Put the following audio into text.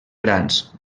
grans